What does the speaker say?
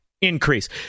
increase